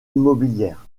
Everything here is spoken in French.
immobilières